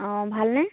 অঁ ভালনে